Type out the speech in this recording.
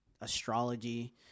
astrology